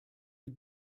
die